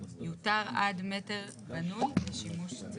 יותר עד 1 מ"ר בנוי לשימוש ציבורי,